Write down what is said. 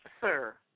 sir